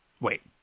Wait